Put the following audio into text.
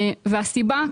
והסיבה,